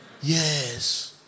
Yes